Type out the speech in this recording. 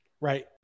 Right